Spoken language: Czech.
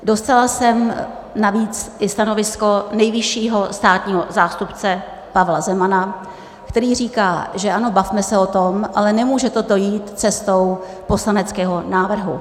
Dostala jsem navíc i stanovisko nejvyššího státního zástupce Pavla Zemana, který říká: Ano, bavme se o tom, ale nemůže toto jít cestou poslaneckého návrhu.